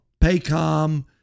Paycom